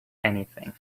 anything